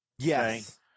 Yes